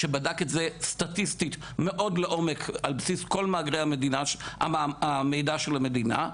שבדקת את זה סטטיסטית מאוד לעומק על פי כל מאגרי המידע של המדינה.